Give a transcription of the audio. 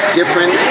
different